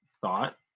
thought